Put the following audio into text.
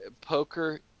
poker